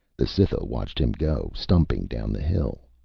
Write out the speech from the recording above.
the cytha watched him go stumping down the hill.